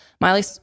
Miley